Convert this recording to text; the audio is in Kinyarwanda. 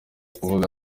kuvuga